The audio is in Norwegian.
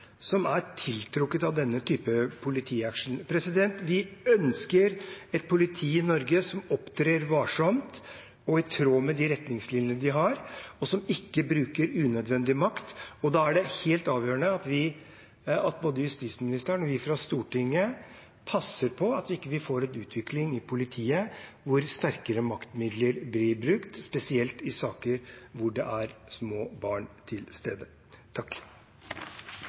som er tiltrukket av denne type politi-action. Vi ønsker et politi i Norge som opptrer varsomt og i tråd med de retningslinjene vi har, og som ikke bruker unødvendig makt. Da er det helt avgjørende at både justisministeren og vi fra Stortinget passer på at vi ikke får en utvikling i politiet der sterkere maktmidler blir brukt, spesielt ikke i saker der det er små barn til stede.